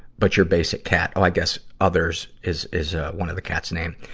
but your basic cat. oh, i guess others is is ah one of the cats' names,